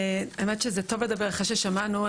האמת, שזה טוב לדבר אחרי ששמענו.